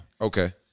Okay